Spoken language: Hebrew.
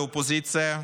לאופוזיציה,